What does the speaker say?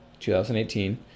2018